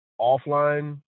offline